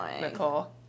Nicole